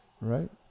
Right